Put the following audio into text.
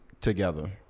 together